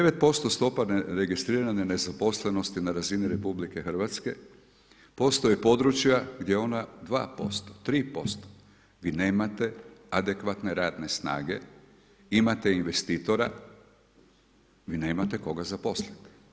9% stopa neregistrirane nezaposlenosti na razini RH, postoji područja gdje je ona 2%, 3%, vi nemate adekvatne radne snage, imate investitora, vi nemate koga zaposliti.